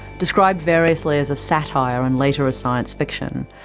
described variously as a satire, and later as science fiction,